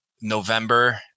November